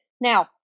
now